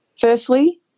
Firstly